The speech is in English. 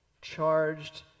charged